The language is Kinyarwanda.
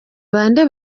bande